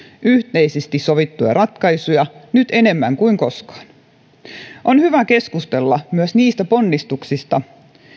yhteisesti sovittuja ratkaisuja nyt enemmän kuin koskaan on hyvä keskustella myös niistä ponnistuksista